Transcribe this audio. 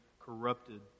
corrupted